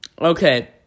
Okay